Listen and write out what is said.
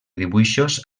dibuixos